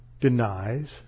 Denies